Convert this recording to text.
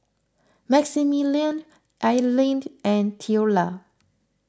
Maximilian Ilened and theola